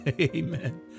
Amen